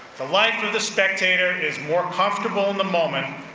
the life of the spectator is more comfortable in the moment,